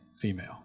female